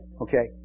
Okay